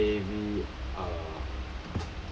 heavy uh